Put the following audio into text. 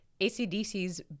ACDC's